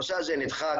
הנושא הזה נדחק.